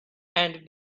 and